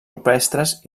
rupestres